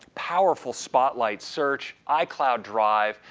powerful spotlight search, icloud drive,